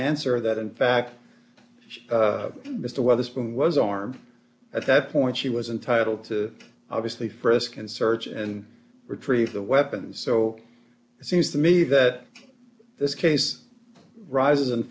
answer that in fact mr wetherspoon was armed at that point she was entitled to obviously frisk and search and retrieve the weapons so it seems to me that this case rises and